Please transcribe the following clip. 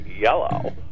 yellow